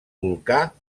volcà